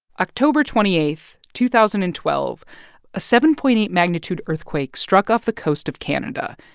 october twenty eight, two thousand and twelve a seven point eight magnitude earthquake struck off the coast of canada,